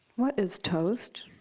what is toast